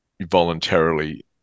voluntarily